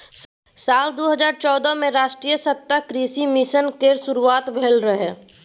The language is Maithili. साल दू हजार चौदह मे राष्ट्रीय सतत कृषि मिशन केर शुरुआत भेल रहै